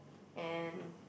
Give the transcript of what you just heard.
and